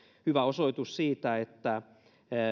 hyvä osoitus siitä että